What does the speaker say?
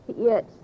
Yes